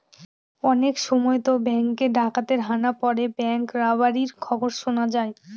অনেক সময়তো ব্যাঙ্কে ডাকাতের হানা পড়ে ব্যাঙ্ক রবারির খবর শোনা যায়